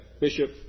bishop